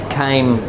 came